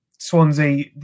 Swansea